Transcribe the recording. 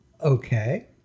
Okay